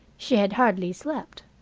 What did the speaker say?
she had hardly slept.